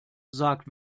sagt